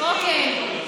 אוקיי.